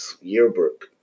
yearbook